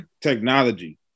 technology